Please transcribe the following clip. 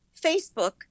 Facebook